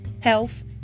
health